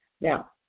Now